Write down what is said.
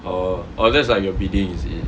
oh oh that's like your bidding is it